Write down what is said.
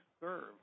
serve